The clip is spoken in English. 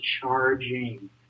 charging